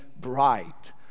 bright